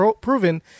proven